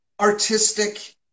artistic